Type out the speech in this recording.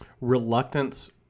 reluctance